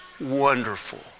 wonderful